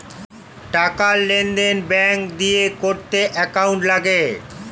টাকার লেনদেন ব্যাঙ্ক দিয়ে করতে অ্যাকাউন্ট লাগে